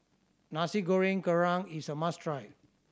Nasi Goreng Kerang is a must try